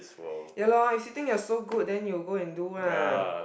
ya loh if you think you so good then you go and do lah